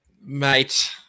Mate